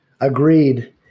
Agreed